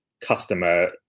customer